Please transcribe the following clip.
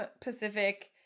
Pacific